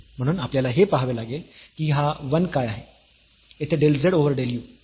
म्हणून आपल्याला हे पहावे लागेल की हा 1 काय आहे येथे del z over del u